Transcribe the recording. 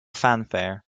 fanfare